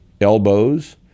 elbows